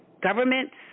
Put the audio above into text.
governments